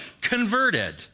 converted